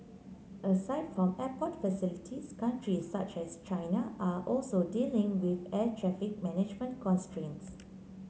aside from airport facilities countries such as China are also dealing with air traffic management constraints